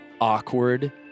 awkward